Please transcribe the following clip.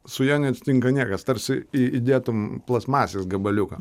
su ja neatsitinka niekas tarsi į įdėtum plastmasės gabaliuką